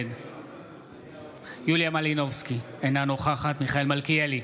נגד יוליה מלינובסקי, אינה נוכחת מיכאל מלכיאלי,